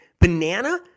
banana